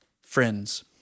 friends